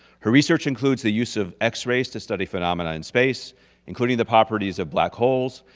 her research includes the use of x-rays to study phenomena in space including the properties of black holes.